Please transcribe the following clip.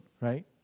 right